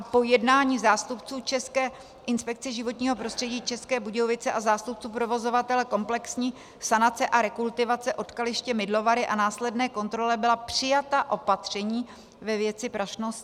Po jednání zástupců České inspekce životního prostředí České Budějovice a zástupců provozovatele komplexní sanace a rekultivace odkaliště Mydlovary a následné kontrole byla přijata opatření ve věci prašnosti.